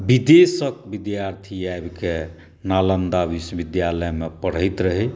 विदेशके विद्यार्थी आबिकऽ नालन्दा विश्वविद्यालयमे पढ़ैत रहै